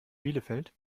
bielefeld